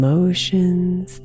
Emotions